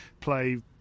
play